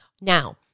Now